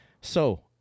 So-